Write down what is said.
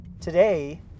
Today